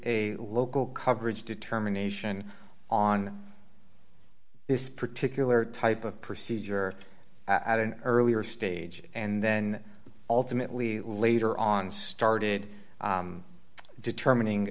a local coverage determination on this particular type of procedure at an earlier stage and then ultimately later on started determining